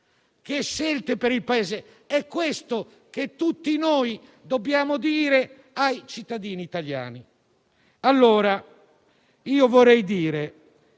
assumere per il Paese. È questo ciò che tutti noi dobbiamo dire ai cittadini italiani.